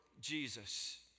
Jesus